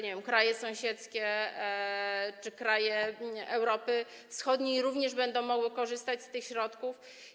Nie wiem, czy kraje sąsiedzkie, czy kraje Europy Wschodniej również będą mogły korzystać z tych środków.